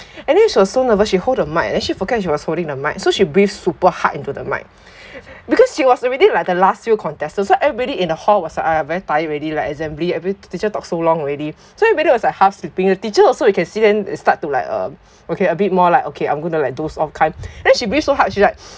and then she was so nervous she hold the mic then she forget she was holding the mic so she breath super hard into the mic because she was already like the last few contestants also everybody in the hall was uh very tired already like assembly every teacher talk so long already so everybody was like half sleeping the teacher also you can see them they start to like uh okay a bit more like okay I'm gonna like doze of kind then she breath so hard she likes